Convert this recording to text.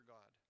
God